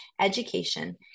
education